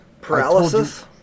Paralysis